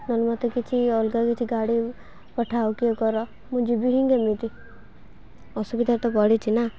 ନହେଲେ ମୋତେ କିଛି ଅଲଗା କିଛି ଗାଡ଼ି ପଠାଅ କି ଇଏ କର ମୁଁ ଯିବି ହିଁ କେମିତି ଅସୁବିଧା ତ ପଡ଼ିଛି ନା